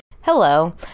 Hello